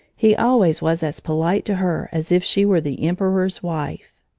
he always was as polite to her as if she were the emperor's wife.